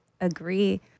agree